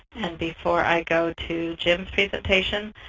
and before i go to jim's presentation,